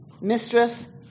mistress